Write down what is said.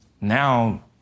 now